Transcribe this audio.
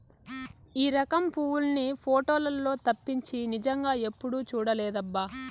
ఈ రకం పువ్వుల్ని పోటోలల్లో తప్పించి నిజంగా ఎప్పుడూ చూడలేదబ్బా